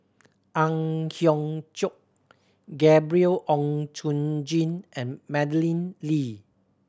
Ang Hiong Chiok Gabriel Oon Chong Jin and Madeleine Lee